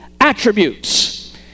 attributes